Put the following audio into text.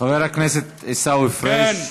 חבר הכנסת עיסאווי פריג'.